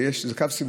זה קו סיבובי.